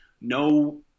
no –